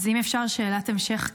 אז אם אפשר, שאלת המשך קצרה: